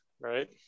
right